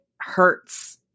hurts